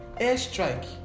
airstrike